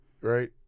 Right